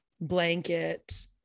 blanket